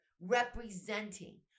representing